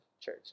church